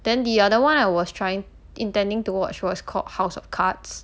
then the other one I was trying intending to watch was called house of cards